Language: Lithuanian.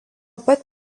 pat